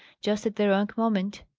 just at the wrong moment.